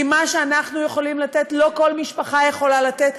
כי מה שאנחנו יכולים לתת לא כל משפחה יכולה לתת,